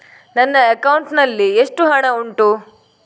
ನನ್ನ ಅಕೌಂಟ್ ನಲ್ಲಿ ಎಷ್ಟು ಹಣ ಉಂಟು?